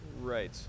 Right